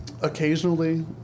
Occasionally